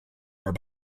are